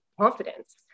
confidence